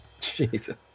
Jesus